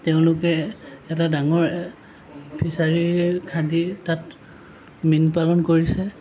তেওঁলোকে এটা ডাঙৰ ফিচাৰী খান্দি তাত মীনপালন কৰিছে